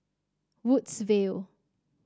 Woodsville